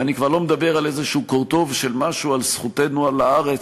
ואני כבר לא מדבר על איזשהו קורטוב של משהו על זכותנו על הארץ,